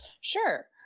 Sure